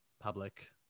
public